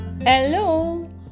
Hello